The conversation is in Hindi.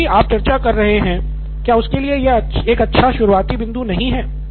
तो जो भी आप चर्चा कर रहे हैं क्या उसके लिए यह एक अच्छा शुरुआती बिंदु नहीं है